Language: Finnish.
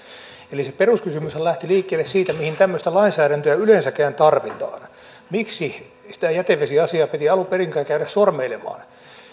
eli se peruskysymyshän lähti liikkeelle siitä mihin tämmöistä lainsäädäntöä yleensäkään tarvitaan miksi sitä jätevesiasiaa piti alun perinkään käydä sormeilemaan